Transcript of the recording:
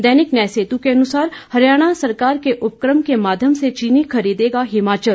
दैनिक न्याय सेतु के अनुसार हरियाणा सरकार के उपकम के माध्यम से चीनी खरीदेगा हिमाचल